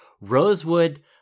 Rosewood